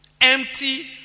empty